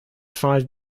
five